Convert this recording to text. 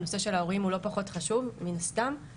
הנושא של ההורים הוא לא פחות חשוב מן הסתם,